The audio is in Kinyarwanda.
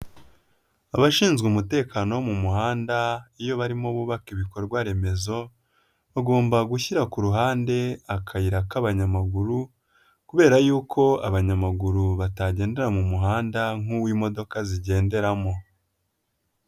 Abashinzwe umutekano wo mu muhanda iyo barimo bubaka ibikorwaremezo bagomba gushyira ku ruhande akayira k'abanyamaguru kubera yuko abanyamaguru batagendera mu muhanda nkuwo i imodoka zigenderamo.